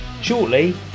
Shortly